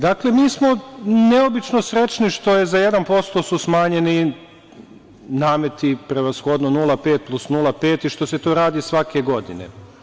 Dakle, mi smo neobično srećno što su za 1% smanjeni nameti, prevashodno 0,5 plus 0,5 i što se to radi svake godine.